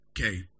Okay